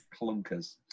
clunkers